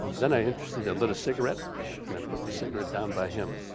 then i interested and lit a cigarette and i put the cigarette down by him.